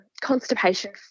Constipation